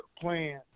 plan